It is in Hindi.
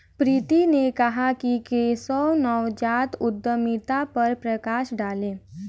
प्रीति ने कहा कि केशव नवजात उद्यमिता पर प्रकाश डालें